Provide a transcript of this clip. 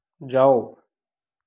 जाओ